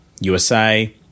USA